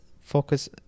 focus